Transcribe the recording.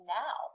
now